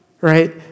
Right